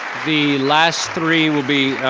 the last three will be.